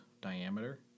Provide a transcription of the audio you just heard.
diameter